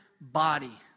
body